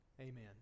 Amen